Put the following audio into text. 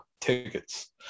tickets